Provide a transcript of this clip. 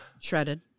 shredded